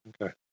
Okay